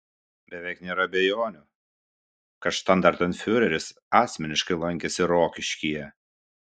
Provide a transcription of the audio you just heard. beveik nėra abejonių kad štandartenfiureris asmeniškai lankėsi rokiškyje